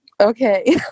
Okay